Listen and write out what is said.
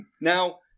now